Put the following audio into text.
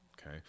okay